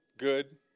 good